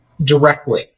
Directly